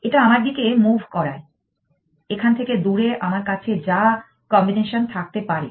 এটা আমার দিকে মুভ করায় এখান থেকে দূরে আমার কাছে যা কম্বিনেশন থাকতে পারে